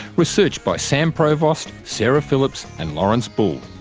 research by sam provost, sarah phillips and lawrence bull,